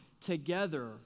Together